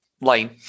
line